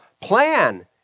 plan